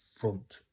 front